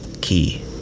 Key